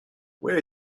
where